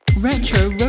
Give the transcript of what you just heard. retro